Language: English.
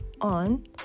on